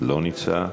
לא נמצא.